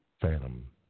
Phantom